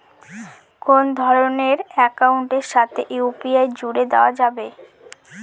কোন ধরণের অ্যাকাউন্টের সাথে ইউ.পি.আই জুড়ে দেওয়া যাবে?